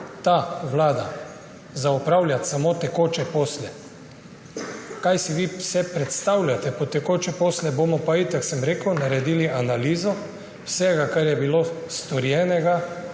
ta vlada opravljati samo tekoče posle. [Glede tega,] kaj vse si vi predstavljate pod tekoče posle, bomo pa itak, sem rekel, naredili analizo vsega, kar je bilo storjeno,